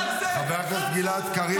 חבר הכנסת גלעד קריב.